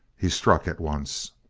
he struck at once.